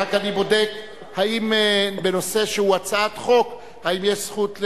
רק בודק אם בנושא שהוא הצעת חוק יש זכות.